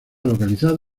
localizado